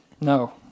No